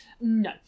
no